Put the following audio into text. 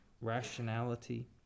rationality